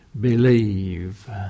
believe